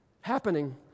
Happening